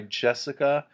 jessica